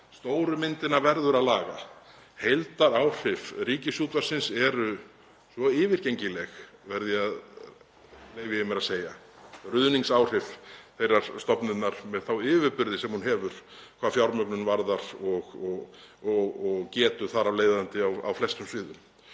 Stóru myndina verður að laga því heildaráhrif Ríkisútvarpsins eru svo yfirgengileg, leyfi ég mér að segja, og ruðningsáhrif þeirrar stofnunar með þá yfirburði sem hún hefur hvað fjármögnun varðar og getu þar af leiðandi á flestum sviðum.